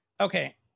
Okay